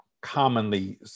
commonly